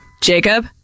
Jacob